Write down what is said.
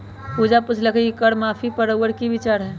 पूजा पुछलई कि कर माफी पर रउअर कि विचार हए